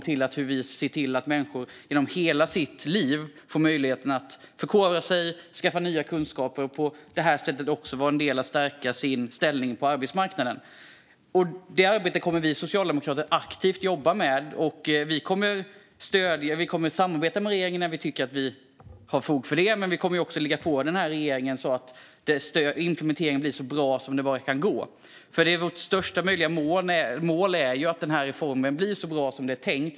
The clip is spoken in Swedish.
Det gäller att vi ser till att människor genom hela sitt liv får möjligheten att förkovra sig och skaffa nya kunskaper. På det sättet kan de stärka sin ställning på arbetsmarknaden. Det arbetet kommer vi socialdemokrater att aktivt jobba med. Vi kommer att samarbeta med regeringen när vi tycker att vi har fog för det. Men vi kommer också att ligga på regeringen så att implementeringen går så bra som den bara kan gå. Vårt största möjliga mål är att reformen blir så bra som det är tänkt.